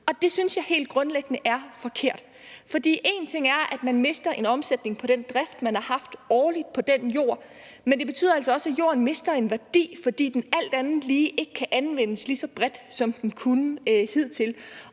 og det synes jeg helt grundlæggende er forkert. En ting er, at man årligt mister en omsætning på den drift, man har haft på den jord, men det betyder altså også, at jorden mister værdi, fordi den alt andet lige ikke kan anvendes lige så bredt, som den kunne hidtil.